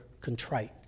contrite